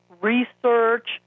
research